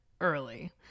early